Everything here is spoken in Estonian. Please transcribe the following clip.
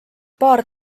paar